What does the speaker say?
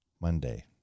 monday